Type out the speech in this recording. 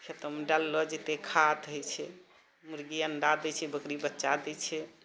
खेतोमे डाललो जेतय खाद होइत छै मुर्गी अण्डा दैत छै बकरी बच्चा दैत छै